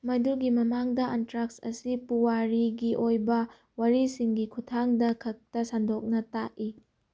ꯃꯗꯨꯒꯤ ꯃꯃꯥꯡꯗ ꯑꯟꯇ꯭ꯔꯥꯛꯁ ꯑꯁꯤ ꯄꯨꯋꯥꯔꯤꯒꯤ ꯑꯣꯏꯕ ꯋꯥꯔꯤꯁꯤꯡꯒꯤ ꯈꯨꯊꯥꯡꯗ ꯈꯛꯇ ꯁꯟꯗꯣꯛꯅ ꯇꯥꯛꯏ